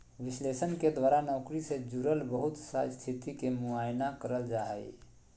विश्लेषण के द्वारा नौकरी से जुड़ल बहुत सा स्थिति के मुआयना कइल जा हइ